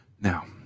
Now